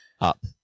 up